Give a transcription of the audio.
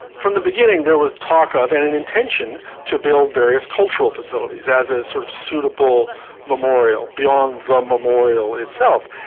from the beginning there was talk of, and an intention, to build various cultural facilities, as a sort of suitable memorial, beyond the memorial itself.